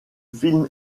film